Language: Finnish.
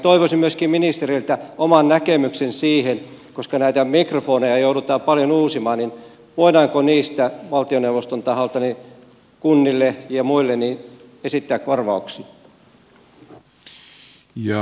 toivoisin myöskin ministeriltä oman näkemyksen siihen koska mikrofoneja joudutaan paljon uusimaan voidaanko niistä valtioneuvoston taholta kunnille ja muille esittää korvauksia